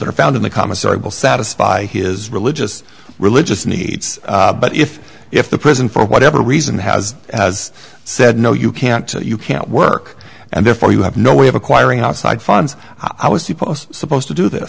that are found in the commissary will satisfy his religious religious needs but if if the prison for whatever reason has has said no you can't you can't work and therefore you have no way of acquiring outside funds i was supposed to do